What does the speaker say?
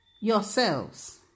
Yourselves